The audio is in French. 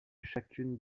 chacune